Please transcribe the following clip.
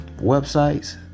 websites